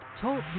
Talk